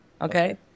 okay